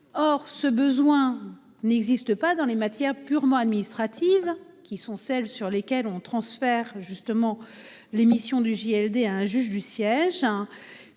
Or ce besoin n'existe pas dans les matières purement administrative qui sont celles sur lesquelles on transfère justement l'émission du JLD, un juge du siège